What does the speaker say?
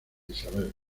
isabel